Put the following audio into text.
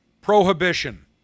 prohibition